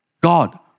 God